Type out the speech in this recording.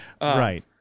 Right